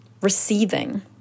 receiving